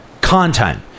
content